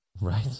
Right